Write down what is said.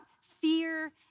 fear